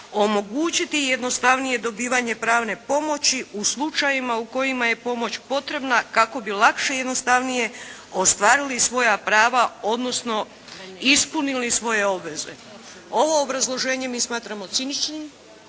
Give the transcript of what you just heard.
omogućiti jednostavnije dobivanje pravne pomoći u slučajevima u kojima je pomoć potrebna kako bi lakše i jednostavnije ostvarili svoja prava, odnosno ispunili svoje obveze. Ovo obrazloženje mi smatramo ciničnim,